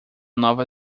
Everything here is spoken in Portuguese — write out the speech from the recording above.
nova